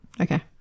Okay